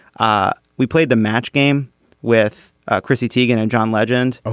ah we played the match game with chrissy teigen and john legend. ah